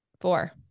four